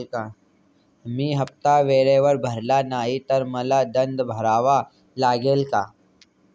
मी हफ्ता वेळेवर भरला नाही तर मला दंड भरावा लागेल का?